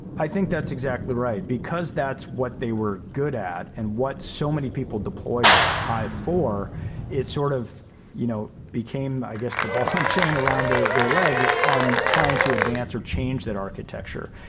i think that's exactly right, because that's what they were good at and what so many people deployed hive for is sort of you know became, i guess, the but and chain around their their leg on trying to advance or change that architecture.